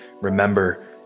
Remember